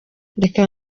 reka